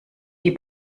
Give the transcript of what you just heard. die